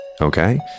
Okay